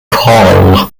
karl